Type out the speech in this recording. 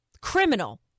criminal